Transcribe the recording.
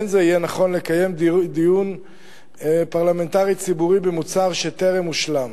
לא יהיה זה נכון לקיים דיון פרלמנטרי ציבורי במוצר שטרם הושלם.